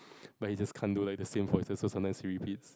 but he just can't do the same voices are sometimes he repeats